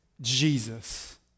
Jesus